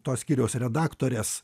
to skyriaus redaktorės